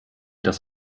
das